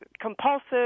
compulsive